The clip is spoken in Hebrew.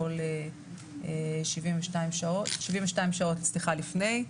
שבעים ושתיים שעות לפני.